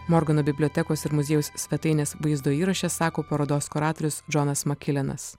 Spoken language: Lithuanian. morgano bibliotekos ir muziejaus svetainės vaizdo įraše sako parodos kuratorius džonas makilenas